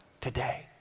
Today